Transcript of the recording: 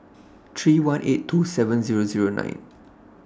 three one eight two seven Zero Zero nine